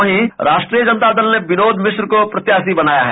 वहीं राष्ट्रीय जनता दल ने विनोद मिश्रा को प्रत्याशी बनाया है